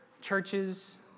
churches